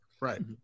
right